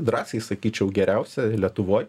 drąsiai sakyčiau geriausia lietuvoj